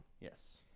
Yes